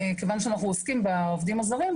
מכיוון שאנחנו עוסקים בעובדים הזרים,